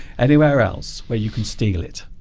anywhere else where you can steal it